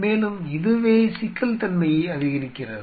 மேலும் இதுவே சிக்கல்தன்மையை அதிகரிக்கிறது